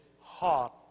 heart